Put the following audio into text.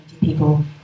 people